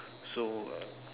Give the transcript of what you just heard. so uh